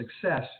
success